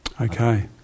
Okay